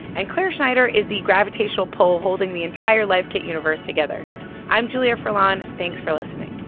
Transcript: and clare schneider is the gravitational pull holding the entire life kit universe together i'm julia furlan. thanks for listening